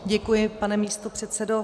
Děkuji, pane místopředsedo.